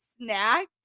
snack